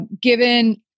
given